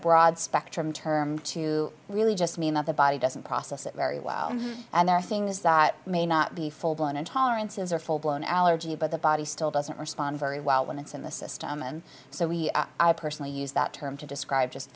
broad spectrum term to really just mean that the body doesn't process it very well and there are things that may not be full blown intolerances or full blown allergy but the body still doesn't respond very well when it's in the system and so we i personally use that term to describe just